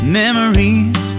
memories